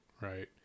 right